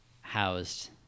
housed